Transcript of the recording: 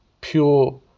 pure